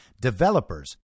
developers